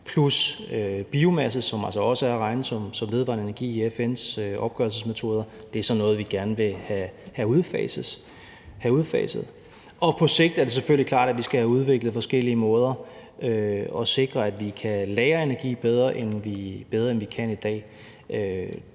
plus biomasse, som altså også er at regne som vedvarende energi i FN's opgørelsesmetoder. Det er sådan noget, vi gerne vil have udfaset. Og på sigt er det selvfølgelig klart at vi skal have udviklet forskellige måder at sikre, at vi kan lagre energi bedre, end vi kan i dag.